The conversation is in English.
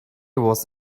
was